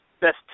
best